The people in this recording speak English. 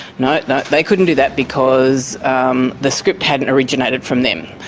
no, no, they couldn't do that because um the script hadn't originated from them.